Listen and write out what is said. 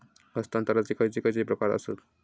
हस्तांतराचे खयचे खयचे प्रकार आसत?